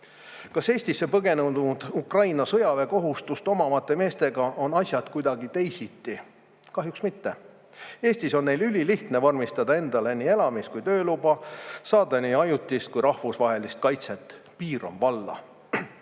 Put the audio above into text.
Kas Eestisse põgenenud Ukraina sõjaväekohustust omavate meestega on asjad kuidagi teisiti? Kahjuks mitte. Eestis on neil ülilihtne vormistada endale nii elamis- kui ka tööluba, saada nii ajutist kui ka rahvusvahelist kaitset. Piir on valla.